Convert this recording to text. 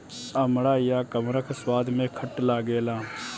अमड़ा या कमरख स्वाद में खट्ट लागेला